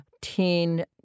teen